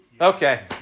Okay